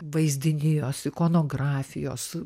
vaizdinijos ikonografijos